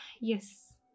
yes